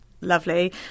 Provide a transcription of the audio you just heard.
lovely